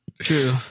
True